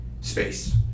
space